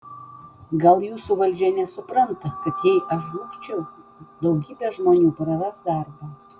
gal jūsų valdžia nesupranta kad jei aš žlugčiau daugybė žmonių praras darbą